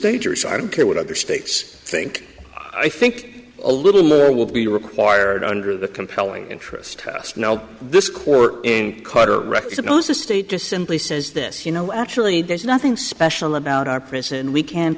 dangerous i don't care what other states think i think a little murder will be required under the compelling interest test no this court and carter recognize the state just simply says this you know actually there's nothing special about our prison and